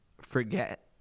forget